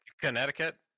Connecticut